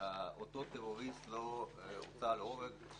אותו טרוריסט לא הוצא להורג,